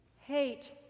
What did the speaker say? hate